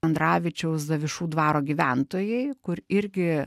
andravičiaus zavišų dvaro gyventojai kur irgi